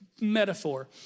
metaphor